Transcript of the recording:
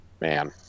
Man